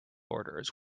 orders